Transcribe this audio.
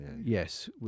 yes